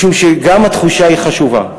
משום שגם התחושה היא חשובה.